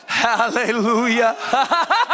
hallelujah